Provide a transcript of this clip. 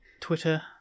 Twitter